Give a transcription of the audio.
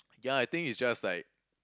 yeah I think it's just like